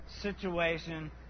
situation